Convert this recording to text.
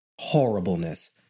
horribleness